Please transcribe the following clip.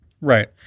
right